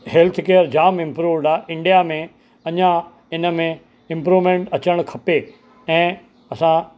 health care जाम improved आहे India में अञा इनमें इंप्रूमेंट अचणु खपे ऐं असां